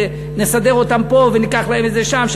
נסדר אותם פה וניקח להם שם.